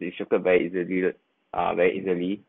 distracted very easily uh very easily